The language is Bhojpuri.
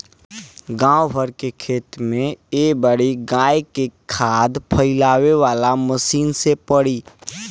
गाँव भर के खेत में ए बारी गाय के खाद फइलावे वाला मशीन से पड़ी